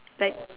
like